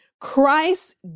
Christ